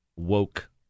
woke